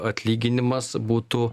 atlyginimas būtų